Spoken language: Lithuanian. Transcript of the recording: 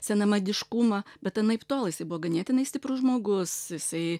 senamadiškumą bet anaiptol jisai buvo ganėtinai stiprus žmogus jisai